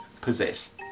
possess